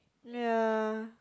ya